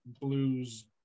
blues